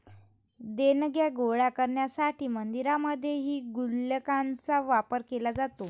देणग्या गोळा करण्यासाठी मंदिरांमध्येही गुल्लकांचा वापर केला जातो